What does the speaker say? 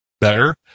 better